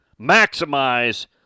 maximize